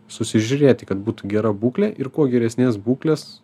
susižiūrėti kad būtų gera būklė ir kuo geresnės būklės